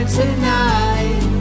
tonight